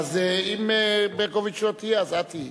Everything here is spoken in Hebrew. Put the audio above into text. אז אם ברקוביץ לא תהיה, את תהיי,